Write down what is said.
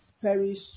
perish